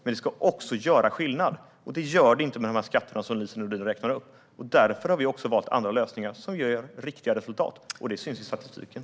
Men det ska också göra skillnad, och det gör det inte med de skatter som Lise Nordin räknar upp. Därför har vi valt andra lösningar som ger riktiga resultat, och det syns i statistiken.